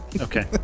Okay